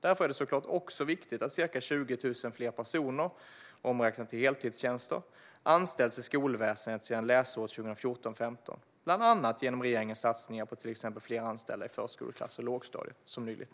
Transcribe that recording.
Därför är det så klart också viktigt att ca 20 000 fler personer, omräknat i heltidstjänster, anställts i skolväsendet sedan läsåret 2014/15, bland annat genom regeringens satsningar på till exempel fler anställda i förskoleklass och lågstadiet.